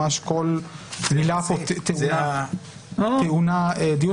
ממש כל מילה פה טעונה דיון.